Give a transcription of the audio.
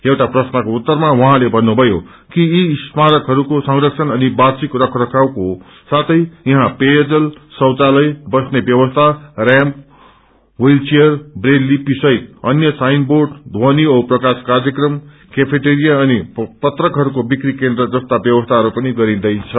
एउटा प्रश्नको उत्तरमा उहाँले भन्नुभयो कि यी स्मरहरूको संरक्षण अनि वार्षिक रख रखवको साथै यहाँ पेयजल शौचालय बस्ने व्यवस्था रयाम्प हवील चेयर ब्रेल लिपि सहित अन्य साइन बोंड ध्वनि औ प्रकाश कार्यक्रम केफेटोरिया अनि पत्रकहरूको बिक्री केन्द्र जस्ता व्यवस्थाहरू पनि गरिंदैछ